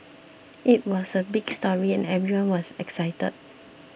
it was a big story and everyone was excited